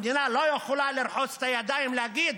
המדינה לא יכולה לרחוץ את הידיים ולהגיד: